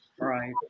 right